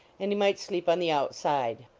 and he might sleep on the outside.